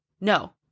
No